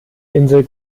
insel